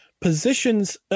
positions